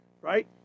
right